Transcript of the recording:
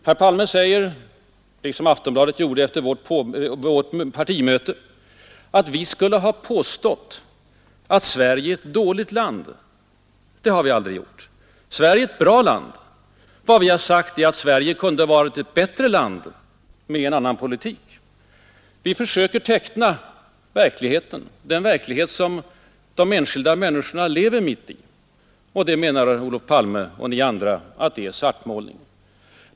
Herr Palme säger, liksom Aftonbladet gjorde efter vårt partimöte, att vi skulle ha påstått att Sverige är ett dåligt land. Det har vi aldrig gjort. Sverige är ett bra land. Vad vi har sagt är att Sverige med en annan politik kunde ha varit ett bättre land. Vi försöker teckna verkligheten, den verklighet som de enskilda människorna lever mitt i, och det menar Olof Palme och ni andra är att slösheten är det alltså svartmålning.